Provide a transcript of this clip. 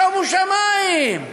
שומו שמים,